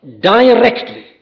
directly